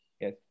Yes